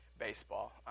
baseball